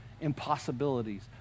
impossibilities